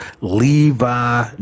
levi